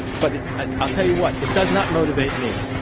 but ah i'll tell you what, it does not motivate me.